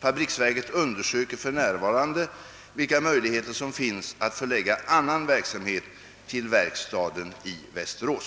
Fabriksverket undersöker för närvarande vilka möjligheter som finns att förlägga annan verksamhet till verkstaden i Västerås.